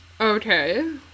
Okay